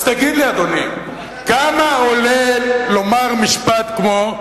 אז תגיד לי, אדוני, כמה עולה לומר משפט כמו: